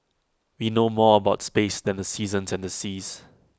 we know more about space than the seasons and the seas